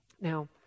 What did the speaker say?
Now